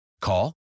Call